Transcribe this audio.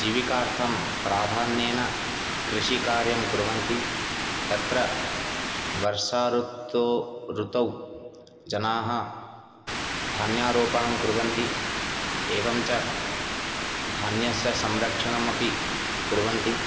जीविकार्थं प्राधान्येन कृषिकार्यं कुर्वन्ति तत्र वर्षऋतु ऋतौ जनाः धान्यारोपणं कुर्वन्ति एवं च धान्यस्य संरक्षणमपि कुर्वन्ति